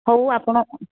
ହଉ ଆପଣ